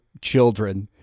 children